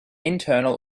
internal